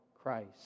Christ